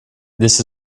this